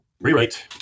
Rewrite